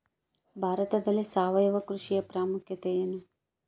ಭಾರತದಲ್ಲಿ ಸಾವಯವ ಕೃಷಿಯ ಪ್ರಾಮುಖ್ಯತೆ ಎನು?